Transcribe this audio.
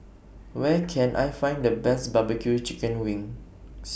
Where Can I Find The Best Barbecue Chicken Wings